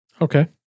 okay